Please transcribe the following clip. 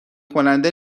کننده